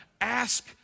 ask